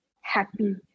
happy